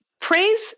Praise